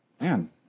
man